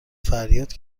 فریاد